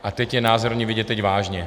A teď je názorně vidět, teď vážně.